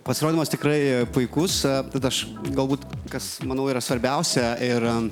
pasirodymas tikrai puikus tad aš galbūt kas manau yra svarbiausia ir